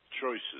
choices